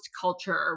culture